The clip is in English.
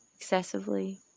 excessively